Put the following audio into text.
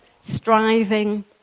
striving